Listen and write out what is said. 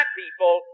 people